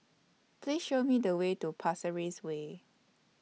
Please Show Me The Way to Pasir Ris Way